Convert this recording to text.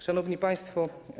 Szanowni Państwo!